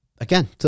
Again